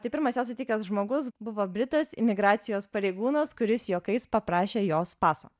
tai pirmas ją sutikęs žmogus buvo britas imigracijos pareigūnas kuris juokais paprašė jos paso